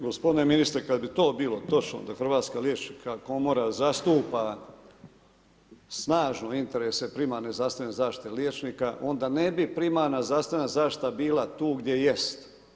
Gospodine ministre, kad bi to bilo točno da Hrvatska liječnička komora zastupa snažne interese primarne zdravstvene zaštite liječnika, onda ne bi primarna zdravstvena zaštita bila tu gdje jest.